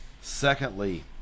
secondly